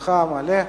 זמנך המלא.